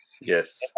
Yes